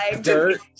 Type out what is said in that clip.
Dirt